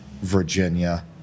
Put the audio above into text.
Virginia